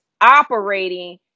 operating